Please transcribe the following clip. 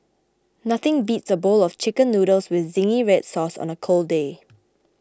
nothing beats a bowl of Chicken Noodles with Zingy Red Sauce on a cold day